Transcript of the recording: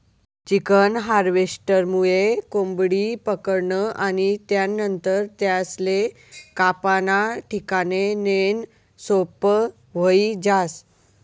chicken हार्वेस्टरमुये कोंबडी पकडनं आणि त्यानंतर त्यासले कापाना ठिकाणे नेणं सोपं व्हयी जास